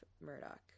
murdoch